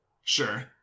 Sure